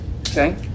Okay